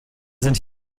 sind